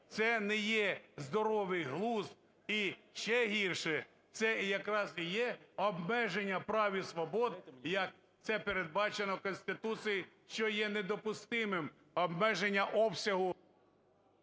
це не є здоровий глузд, і ще гірше, це якраз і є обмеження прав і свобод, як це передбачено Конституцією, що є недопустимим, обмеження обсягу…